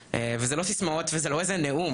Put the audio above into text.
וזה לא סיסמאות וזה לא איזה נאום,